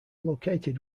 located